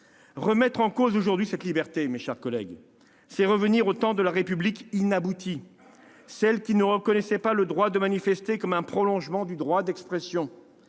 Remettre aujourd'hui en cause cette liberté, mes chers collègues, c'est revenir au temps de la République inaboutie, celle qui ne reconnaissait pas le droit de manifester comme un prolongement du droit d'expression.